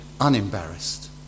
unembarrassed